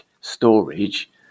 storage